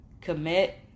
commit